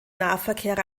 nahverkehr